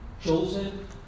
chosen